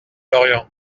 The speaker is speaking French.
lorient